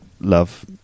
love